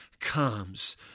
comes